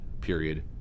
period